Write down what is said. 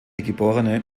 geb